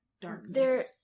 darkness